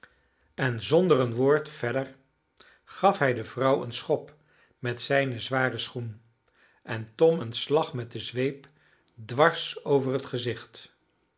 en zonder een woord verder gaf hij de vrouw een schop met zijnen zwaren schoen en tom een slag met de zweep dwars over het gezicht